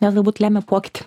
nes galbūt lemia pokytį